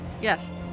Yes